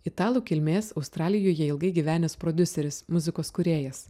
italų kilmės australijoje ilgai gyvenęs prodiuseris muzikos kūrėjas